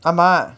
ஆமா:aamaa